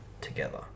together